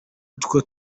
utwo